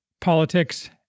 politics